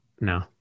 no